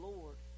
Lord